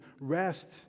rest